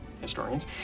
historians